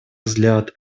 взгляд